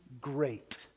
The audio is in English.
great